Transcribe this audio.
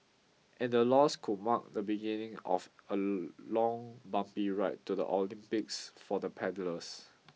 and the loss could mark the beginning of a long bumpy ride to the Olympics for the paddlers